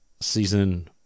season